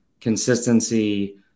consistency